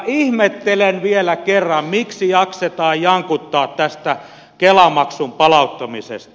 ihmettelen vielä kerran miksi jaksetaan jankuttaa tästä kela maksun palauttamisesta